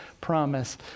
promise